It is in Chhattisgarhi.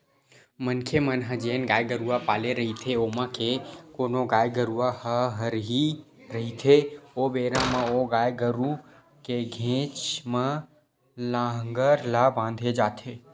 मनखे मन ह जेन गाय गरुवा पाले रहिथे ओमा के कोनो गाय गरुवा ह हरही रहिथे ओ बेरा म ओ गाय गरु के घेंच म लांहगर ला बांधे जाथे